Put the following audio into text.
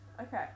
Okay